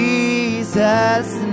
Jesus